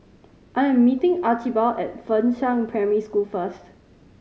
I am meeting Archibald at Fengshan Primary School first